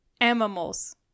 animals